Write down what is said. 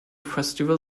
festival